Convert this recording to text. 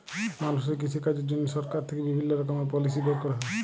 মালুষের কৃষিকাজের জন্হে সরকার থেক্যে বিভিল্য রকমের পলিসি বের ক্যরা হ্যয়